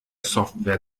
software